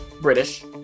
British